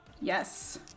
Yes